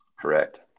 Correct